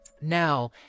Now